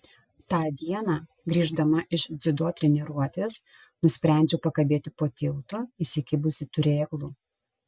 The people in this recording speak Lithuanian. tą dieną grįždama iš dziudo treniruotės nusprendžiau pakabėti po tiltu įsikibusi turėklų